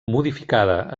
modificada